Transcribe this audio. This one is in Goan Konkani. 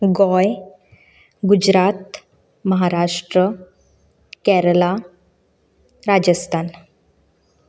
गोंय गुजरात महाराष्ट्र केरळा राजस्थान